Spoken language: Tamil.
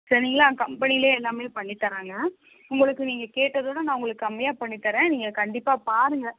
சரிங்களா கம்பெனிலையே எல்லாமே பண்ணி தராங்க உங்களுக்கு நீங்கள் கேட்டதை விட நான் உங்களுக்கு கம்மியாக பண்ணி தரேன் நீங்கள் கண்டிப்பாக பாருங்க